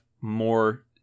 more